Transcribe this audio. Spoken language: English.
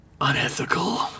unethical